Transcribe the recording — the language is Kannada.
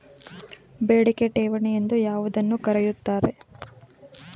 ಬೇಡಿಕೆ ಠೇವಣಿ ಎಂದು ಯಾವುದನ್ನು ಕರೆಯುತ್ತಾರೆ?